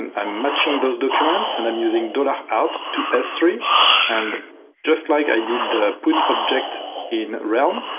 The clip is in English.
and i'm matching those documents. and i'm using out to s three and just like i did the putobject in realm,